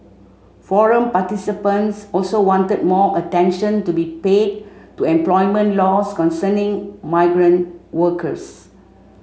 forum participants also wanted more attention to be paid to employment laws concerning migrant workers